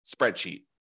spreadsheet